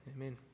amen